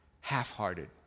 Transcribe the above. half-hearted